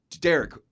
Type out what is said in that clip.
Derek